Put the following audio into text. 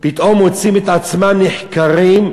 פתאום מוצאים את עצמם נחקרים.